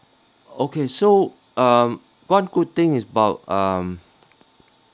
okay so um one good thing is about um